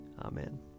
Amen